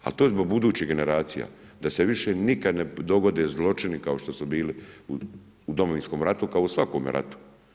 Ali to je zbog budućih generacija, da se više nikad ne dogode zločini kao što su bili u Domovinskom ratu kao u svakome ratu.